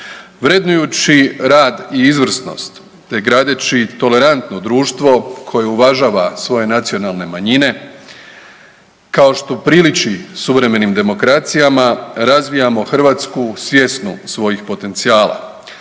Vrednujući rad i izvrsnost te gradeći tolerantno društvo koje uvažava svoje nacionalne manjine kao što priliči suvremenim demokracijama razvijamo Hrvatsku svjesnu svojih potencijala.